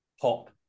pop